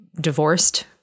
divorced